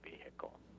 vehicle